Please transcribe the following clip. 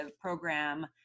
program